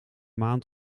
maand